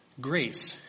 grace